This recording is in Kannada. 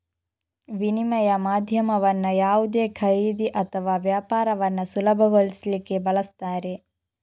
ವಿನಿಮಯ ಮಾಧ್ಯಮವನ್ನ ಯಾವುದೇ ಖರೀದಿ ಅಥವಾ ವ್ಯಾಪಾರವನ್ನ ಸುಲಭಗೊಳಿಸ್ಲಿಕ್ಕೆ ಬಳಸ್ತಾರೆ